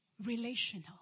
Relational